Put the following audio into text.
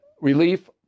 relief